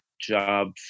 job